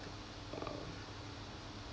um